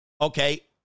Okay